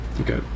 okay